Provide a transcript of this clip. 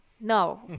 No